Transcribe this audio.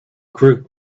group